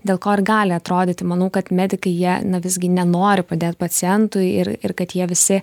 dėl ko ir gali atrodyti manau kad medikai jie na visgi nenori padėt pacientui ir kad jie visi